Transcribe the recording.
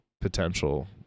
potential